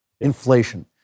inflation